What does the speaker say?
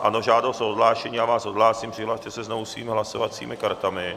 Ano, žádost o odhlášení, já vás odhlásím, přihlaste se znovu svými hlasovacími kartami.